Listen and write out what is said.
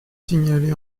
signalé